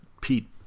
Pete